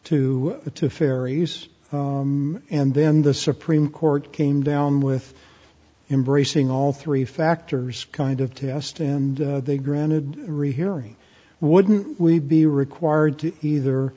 to the to fairies and then the supreme court came down with embracing all three factors kind of test and they granted rehearing wouldn't we be required to either